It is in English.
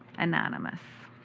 anonymous.